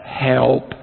help